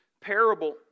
parable